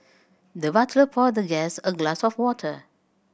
the butler poured the guest a glass of water